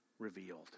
Revealed